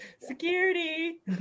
security